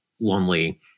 lonely